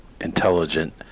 intelligent